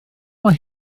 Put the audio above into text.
mae